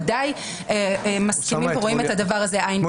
בוודאי אנחנו מסכימים ורואים את הדבר הזה עין בעין.